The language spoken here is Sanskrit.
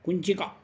कुञ्चिका